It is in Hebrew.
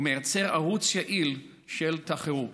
ומייצר ערוץ יעיל של תחרות.